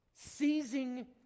Seizing